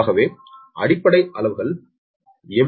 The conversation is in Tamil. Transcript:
ஆகவே அடிப்படை அளவுகள் எம்